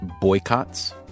boycotts